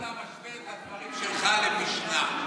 איך אתה משווה את הדברים שלך למשנה.